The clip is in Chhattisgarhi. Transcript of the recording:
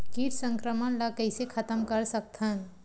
कीट संक्रमण ला कइसे खतम कर सकथन?